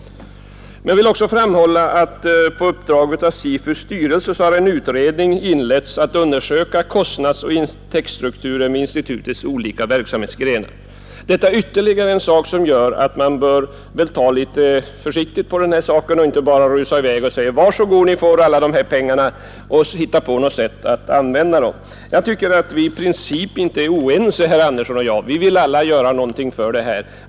Jag vill också framhålla att på uppdrag av SIFU:s styrelse har en utredning inletts för att undersöka kostnader och struktur i institutets olika verksamhetsgrenar. Detta är ytterligare en sak som gör att man bör ta litet försiktigt på denna sak och inte bara rusa i väg och säga: Var så god! Ni får alla dessa pengar; hitta på något sätt att använda dem! Jag tycker att vi i princip inte är oense, herr Andersson och jag. Vi vill alla göra något för detta.